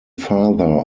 father